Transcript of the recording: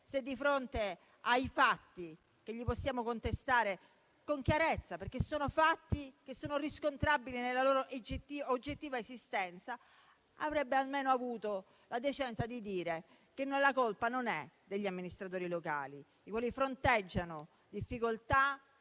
se, di fronte ai fatti che gli possiamo contestare con chiarezza perché riscontrabili nella loro oggettiva esistenza, avrebbe avuto almeno la decenza di dire che la colpa non è degli amministratori locali. Questi ultimi fronteggiano difficoltà